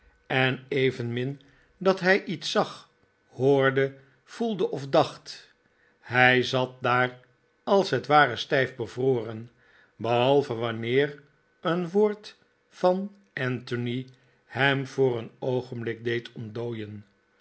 en evenmin dat hij iets zag hoorde voelde of dacht hij zat daar als het ware stijf bevroren behalve wanneer een woord van anthony hem voor een oogenblik deed ontdooien